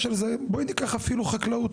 בואי ניקח את נושא החקלאות.